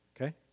Okay